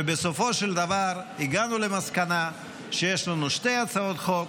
ובסופו של דבר הגענו למסקנה שיש לנו שתי הצעות חוק.